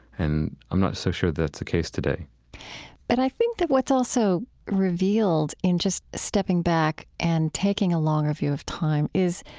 and i'm not so sure that's the case today but i think that what's also revealed in just stepping back and taking a longer view of time is